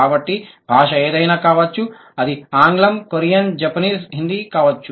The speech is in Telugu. కాబట్టి భాష ఏదైనా కావచ్చు అది ఇంగ్లీషు కొరియన్ జపనీస్ హిందీ కావచ్చు